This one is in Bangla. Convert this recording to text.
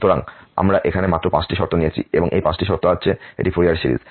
সুতরাং আমরা এখানে মাত্র ৫ টি শর্ত নিয়েছি এবং এই ৫ টি শর্ত আছে এটি ফুরিয়ার সিরিজ